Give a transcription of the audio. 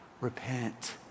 Repent